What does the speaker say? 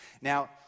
Now